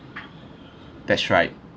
that's right